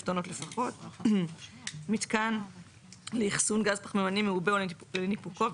טונות לפחות מיתקן לאחסון גז פחמימני מעובדה או לניפוקו,